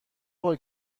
هول